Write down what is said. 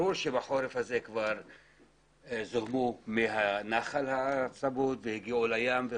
ברור שבחורף הזה זרמו מי הנחל הצמוד והגיעו לים.